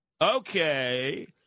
Okay